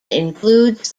includes